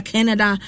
Canada